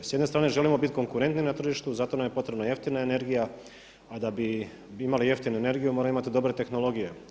S jedne strane želimo biti konkurentni na tržištu zato nam je potrebna jeftina energija, a da bi imali jeftinu energiju moramo imati dobre tehnologije.